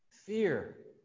Fear